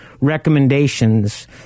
recommendations